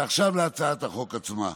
ועכשיו להצעת החוק עצמה.